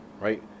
right